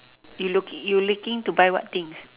you looking you looking to buy what things